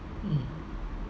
mm